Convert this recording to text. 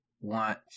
want